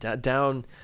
down